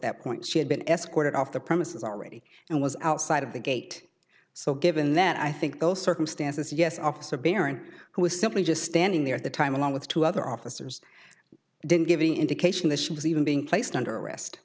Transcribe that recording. that point she had been escorted off the premises already and was outside of the gate so given that i think those circumstances yes officer baron who was simply just standing there at the time along with two other officers didn't give any indication that she was even being placed under arrest